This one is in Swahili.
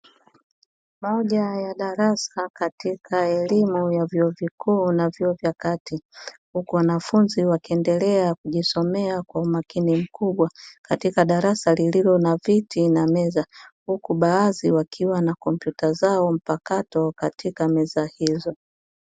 Moja ya darasa katika elimu ya vyuo vikuu na vyuo vya kati, huku wanafunzi wakiendelea kujisomea kwa umakini mkubwa katika darasa lililo na viti na meza; huku baadhi wakiwa na kompyuta zao mpakato katika meza hizo.